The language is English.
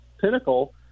pinnacle